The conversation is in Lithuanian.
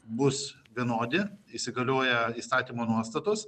bus vienodi įsigalioja įstatymo nuostatos